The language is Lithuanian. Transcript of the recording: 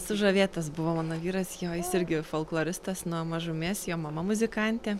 sužavėtas buvo mano vyras jo jis irgi folkloristas nuo mažumės jo mama muzikantė